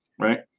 right